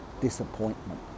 disappointment